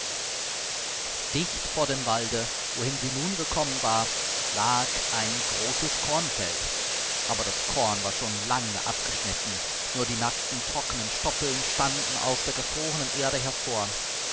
dicht vor dem walde wohin sie nun gekommen war lag ein großes kornfeld aber das korn war schon lange abgeschnitten nur die nackten trockenen stoppeln standen aus der gefrorenen erde hervor